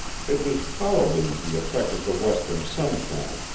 it was probably the effect of the western sunshine,